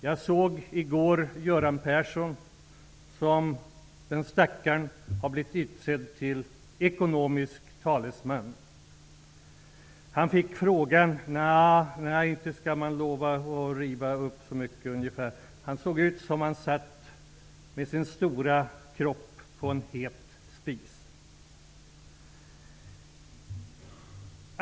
Jag såg i går Göran Persson, som -- den stackaren -- har blivit utsedd till ekonomisk talesman. Hans besked var ungefär: Nja, nej, inte skall man lova att riva upp så mycket. Det såg ut som om han, med sin stora kropp, satt på en het spis.